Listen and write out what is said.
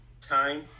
time